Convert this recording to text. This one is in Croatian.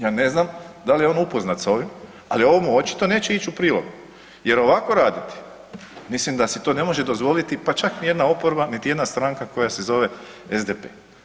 Ja ne znam da li je on upoznat s ovim, ali ovo mu očito neće ići u prilog jer ovako raditi mislim da si to ne može dozvoliti pa čak nijedna oporba, niti jedna stranka koja se zove SDP.